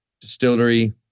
distillery